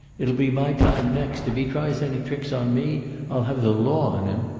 it'll be my time next. if he tries any tricks on me i'll have the law on him.